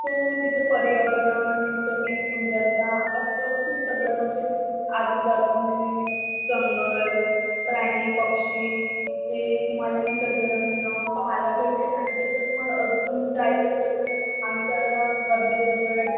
so तिथे पर्यावरण नैसर्गिक सुंदरता असं खूप सगळं म्हणजे आजूबाजूने जंगल प्राणी पक्षी हे तुम्हाला निसर्गरम्य पाहायला भेटेल आणि जर का तुम्हाला अजून जायचं असेल तर आमचा वर्धेजवळ